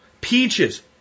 Peaches